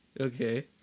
Okay